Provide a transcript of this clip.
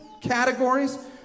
categories